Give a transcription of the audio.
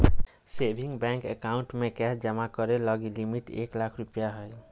saving bank account में cash जमा करे लगी लिमिट एक लाख रु हइ